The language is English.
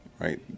right